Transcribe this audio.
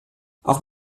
auch